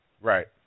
Right